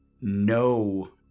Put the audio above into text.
no